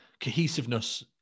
cohesiveness